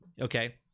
okay